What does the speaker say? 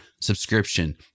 subscription